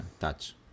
touch